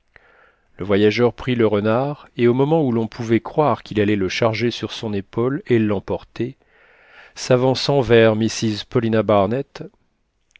le voyageur prit le renard et au moment où l'on pouvait croire qu'il allait le charger sur son épaule et l'emporter s'avançant vers mrs paulina barnett